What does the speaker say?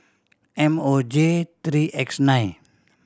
M O J three X nine